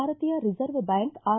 ಭಾರತೀಯ Reserve Bank R